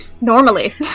Normally